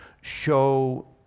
show